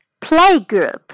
playgroup